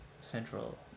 Central